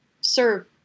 serve